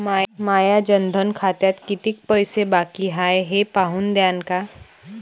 माया जनधन खात्यात कितीक पैसे बाकी हाय हे पाहून द्यान का?